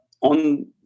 on